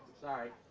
sorry,